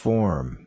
Form